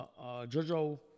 Jojo